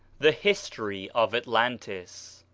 the history of atlantis.